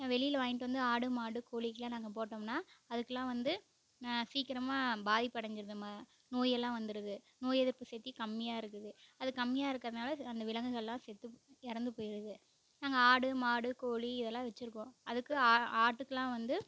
வெளியில் வாங்கிகிட்டு வந்து ஆடு மாடு கோழிக்கெலாம் நாங்கள் போட்டோம்னால் அதுக்கெலாம் வந்து சீக்கிரமாக பாதிப்படைஞ்சுருது ம நோயெல்லாம் வந்துவிடுது நோய் எதிர்ப்பு சக்தி கம்மியாக இருக்குது அது கம்மியாக இருக்கிறனால அந்த விலங்குகளெலாம் செத்து இறந்து போய்விடுது நாங்கள் ஆடு மாடு கோழி இதெலாம் வெச்சுருக்கோம் அதுக்கு ஆ ஆட்டுக்கெலாம் வந்து